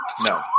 No